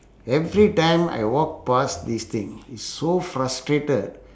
every time I walk past this thing it's so frustrated